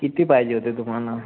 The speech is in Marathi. किती पाहिजे होते तुम्हाला